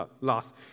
lost